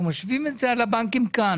אנחנו משווים את זה על הבנקים כאן.